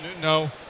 no